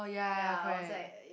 ya I was like